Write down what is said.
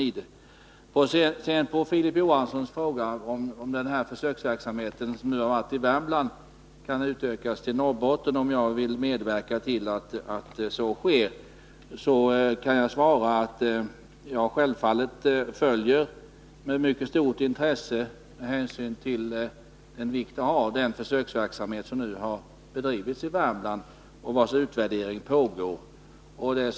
På Filip Johanssons fråga huruvida jag vill medverka till att den försöksverksamhet som bedrivs i Värmland skall kunna utvidgas till Norrbotten, kan jag svara att jag — med hänsyn till den vikt jag lägger vid dessa frågor — självfallet med mycket stort intresse följt den försöksverksamhet som har bedrivits i Värmland och som man nu håller på att utvärdera.